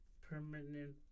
permanent